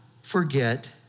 forget